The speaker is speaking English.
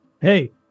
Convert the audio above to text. Hey